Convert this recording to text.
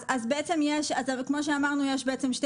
כמו שאמרנו,